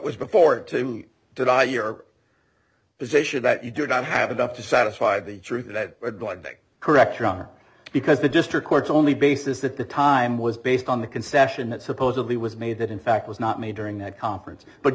was before it to die you are position that you do not have enough to satisfy the truth that correct you are because the district court's only bases that the time was based on the concession that supposedly was made that in fact was not made during that conference but